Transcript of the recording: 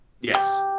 Yes